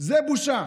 זה בושה.